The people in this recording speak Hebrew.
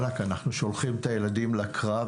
אנחנו שולחים את הילדים לקרב,